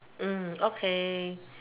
mm okay